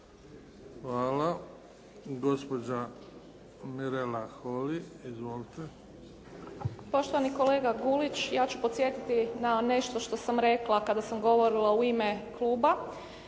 Hvala. Gospođa Mirela Holy. Izvolite. **Holy, Mirela (SDP)** Poštovani kolega Gulić ja ću podsjetiti na nešto što sam rekla kada sam govorila u ima kluba.